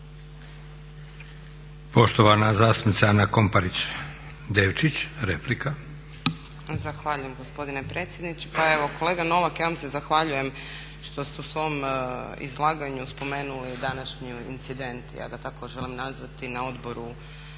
Devčić, replika. **Komparić Devčić, Ana (SDP)** Zahvaljujem gospodine predsjedniče. Pa evo kolega Novak, ja vam se zahvaljujem što ste u svom izlaganju spomenuli današnji incident, ja ga tako želim nazvati na Odboru